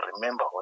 Remember